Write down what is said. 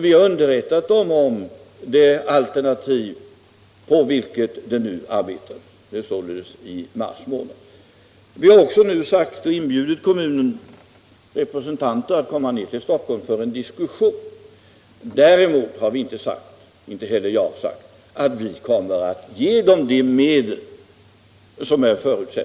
Vi har underrättat dem om vilket alternativ det nu — således i mars månad — arbetas på. Vi har också inbjudit kommunens representanter att komma till Stockholm för en diskussion. Däremot har vi inte sagt att vi kommer att ge dem de medel som behövs.